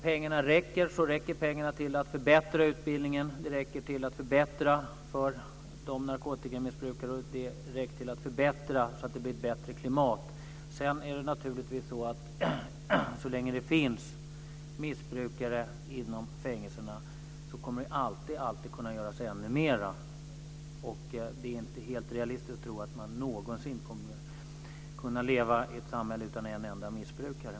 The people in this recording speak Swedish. Pengarna räcker till att förbättra utbildningen, till att förbättra förhållandena för de här narkotikamissbrukarna och till att förbättra klimatet. Så länge det finns missbrukare inom fängelserna kommer det alltid att kunna göras ännu mera. Det är inte helt realistiskt att tro att man någonsin kommer att kunna få ett samhälle utan en enda missbrukare.